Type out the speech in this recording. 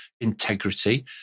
integrity